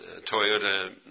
Toyota